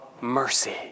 mercy